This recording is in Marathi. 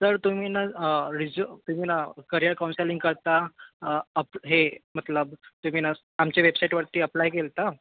सर तुम्ही नं रेज्यु तुम्ही नं करिअर कॉन्सेलिंग करता अप्प हे मतलब तुम्ही नं आमचे वेबसाईटवरती अप्लाय केला होता